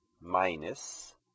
minus